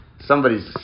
somebody's